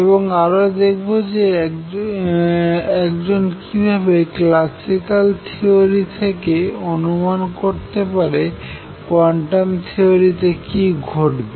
এবং আরও দেখবো যে একজন কিভাবে ক্লাসিক্যাল থেওরি থেকে অনুমান করতে পারে কোয়ান্টাম থিওরি তে কি ঘটবে